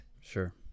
Sure